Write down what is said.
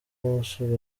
umusoro